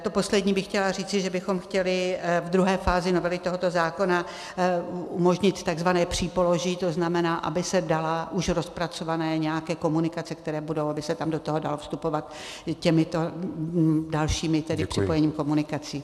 To poslední bych chtěla říci, že bychom chtěli v druhé fázi novely tohoto zákona umožnit takzvané přípoloží, to znamená, aby se dalo už rozpracované komunikace, které budou, aby se tam do toho dalo vstupovat těmito dalšími připojeními komunikací.